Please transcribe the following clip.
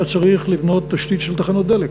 אתה צריך לבנות תשתית של תחנות דלק.